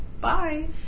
Bye